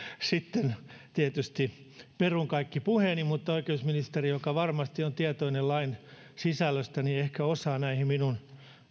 sitten tietysti perun kaikki puheeni mutta oikeusministeri joka varmasti on tietoinen lain sisällöstä ehkä osaa näihin minun